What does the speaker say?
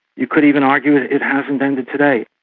you could even argue it it hasn't ended today.